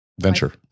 Venture